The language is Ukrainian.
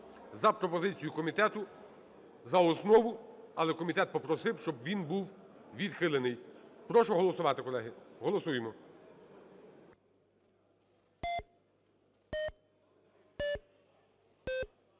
за пропозицією комітету за основу. Але комітет попросив, щоб він був відхилений. Прошу голосувати, колеги. Голосуємо.